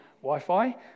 Wi-Fi